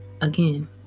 again